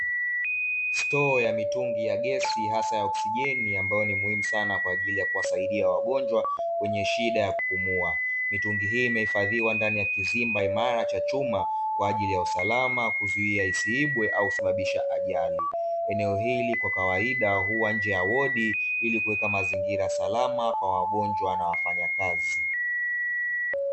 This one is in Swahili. Stoo ya mitungi ya gesi asa ya oksijeni ambayo ni muhimu sana kwa ajili ya kuwasaidia wagonjwa wenye shida ya kupumua, mitungi hii imehifadhiwa ndani ya kizimba imara cha chuma kwa ajili ya usalama, kuzuia isiibwe au kusababisha ajari, eneo hili kwa kawaida huwa nje ya wodi ili kuweka mazingira salama kwa wagonjwa na wafanyakazi.